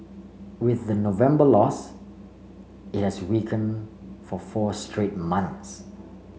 with the November loss it has weaken for four straight months